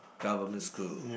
government school